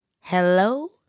Hello